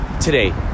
today